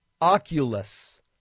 oculus